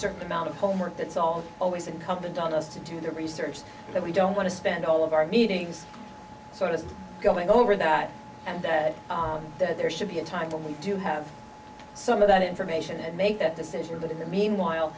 certain amount of homework that's all always incumbent on us to do the research that we don't want to spend all of our meetings sort of going over that and that there should be a time when we do have some of that information and make that decision but in the meanwhile